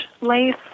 lace